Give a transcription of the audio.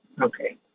Okay